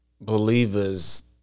believers